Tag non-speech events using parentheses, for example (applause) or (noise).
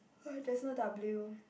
(noise) there's no W